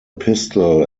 pistol